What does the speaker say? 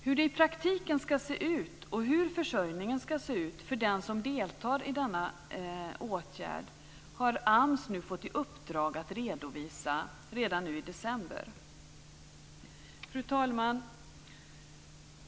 Hur den i praktiken ska se ut och hur försörjningen ska se ut för den som deltar i denna åtgärd har AMS fått i uppdrag att redovisa redan nu i december. Fru talman!